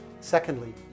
Secondly